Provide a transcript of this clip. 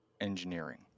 engineering